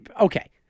okay